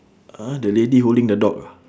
ah the lady holding the dog ah